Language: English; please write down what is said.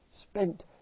spent